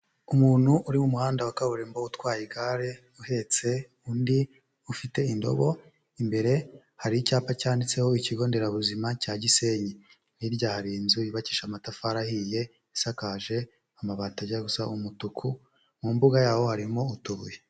Umuntu uri mu muhanda wa kaburimbo utwaye igare, uhetse undi ufite indobo, imbere hari icyapa cyanditseho ikigo nderabuzima cya Gisenyi. Hirya hari inzu yubakishije amatafari ahiye, isakaje amabati ajya gusa umutuku, mu mbuga yaho harimo utubuye.